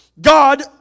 God